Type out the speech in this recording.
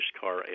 car